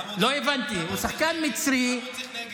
לא הבנתי, הוא שחקן מצרי, למה הוא צריך נגד?